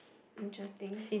interesting